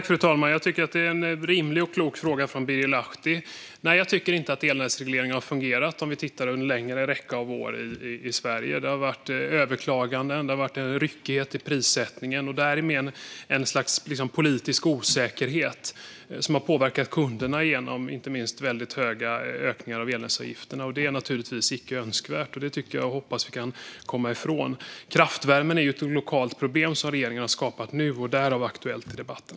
Fru talman! Jag tycker att det är en rimlig och klok fråga från Birger Lahti. Nej, jag tycker inte att elnätsregleringen har fungerat om vi tittar på en längre räcka av år i Sverige. Det har varit överklaganden och ryckig prissättning och därmed ett slags politisk osäkerhet, som har påverkat kunderna i form av inte minst väldigt stora ökningar av elnätsavgifterna. Detta är naturligtvis icke önskvärt, och jag hoppas att vi kan komma ifrån det. Kraftvärmen är ett lokalt problem som regeringen har skapat nu och som därför är aktuellt i debatten.